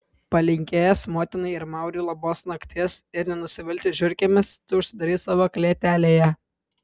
palinkėjęs motinai ir mauriui labos nakties ir nenusivilti žiurkėmis tu užsidarei savo klėtelėje